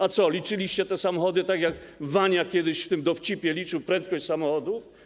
A co, liczyliście te samochody, tak jak Wania kiedyś w dowcipie liczył prędkość samochodu?